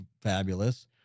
fabulous